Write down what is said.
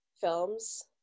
films